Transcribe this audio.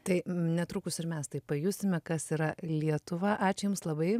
tai netrukus ir mes tai pajusime kas yra lietuva ačiū jums labai